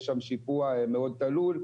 יש שם שיפוע מאוד תלול,